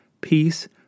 peace